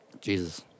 Jesus